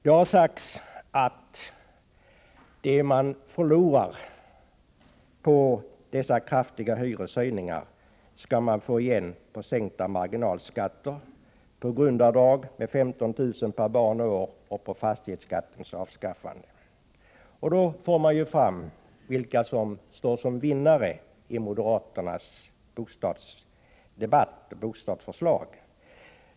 Det har sagts att det man förlorar på dessa kraftiga hyreshöjningar skall man få igen genom sänkta marginalskatter, genom grundavdrag på 15 000 kr. per barn och år och genom fastighetsskattens avskaffande. Då framgår det vilka som står som vinnare enligt moderaternas bostadsförslag.